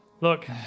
Look